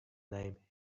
name